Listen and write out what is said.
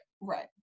Right